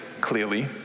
clearly